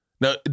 Now